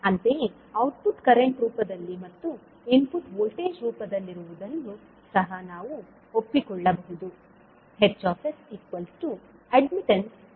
ಅಂತೆಯೇ output current ರೂಪದಲ್ಲಿ ಮತ್ತು ಇನ್ಪುಟ್ ವೋಲ್ಟೇಜ್ ರೂಪದಲ್ಲಿರುವುದನ್ನೂ ಸಹ ನಾವು ಒಪ್ಪಿಕೊಳ್ಳಬಹುದು